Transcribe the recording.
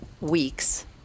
weeks